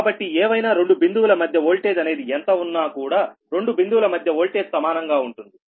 కాబట్టి ఏవైనా రెండు బిందువుల మధ్య ఓల్టేజ్ అనేది ఎంత ఉన్నా కూడా 2 బిందువుల మధ్య వోల్టేజ్ సమానంగా ఉంటుంది